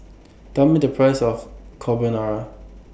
Tell Me The Price of Carbonara